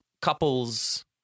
couples